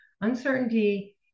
uncertainty